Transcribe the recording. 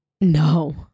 No